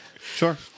Sure